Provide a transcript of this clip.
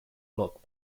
lock